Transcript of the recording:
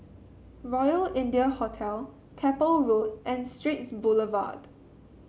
Royal India Hotel Keppel Road and Straits Boulevard